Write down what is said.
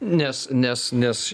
nes nes nes